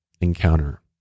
encounter